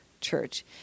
church